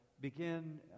begin